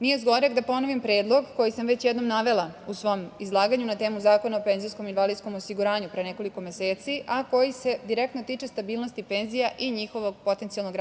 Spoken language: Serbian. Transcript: nije zgoreg da ponovim predlog koji sam već jednom navela u svom izlaganju na temu Zakona o penzijskom i invalidskom osiguranju pre nekoliko meseci, a koji se direktno tiče stabilnosti penzija i njihovog potencijalnog rasta